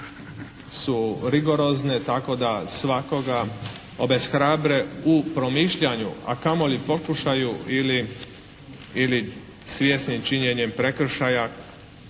su rigorozne tako da svakoga obeshrabre u promišljanju a kamoli pokušaju ili svjesnim činjenjem prekršaja